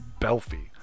Belfie